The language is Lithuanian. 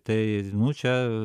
tai čia